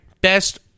best